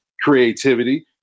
creativity